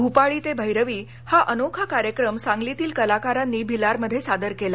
भूपाळी ते भैरवी हा अनोखा कार्यक्रम सांगलीतील कलाकारांनी भिलारमध्ये सादर केला